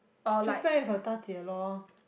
to spend with her da jie lor